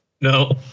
No